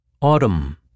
Autumn